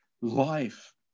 Life